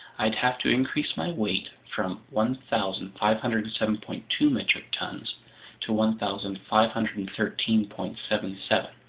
i'd have to increase my weight from one thousand five hundred and seven point two metric tons to one thousand five hundred and thirteen point seven seven.